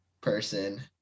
person